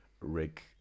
rick